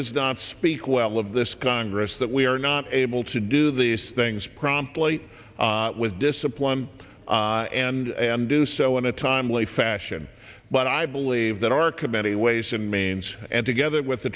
does not speak well of this congress that we are not able to do these things promptly with discipline and do so in a timely fashion but i believe that our committee ways and means and together with the